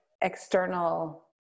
external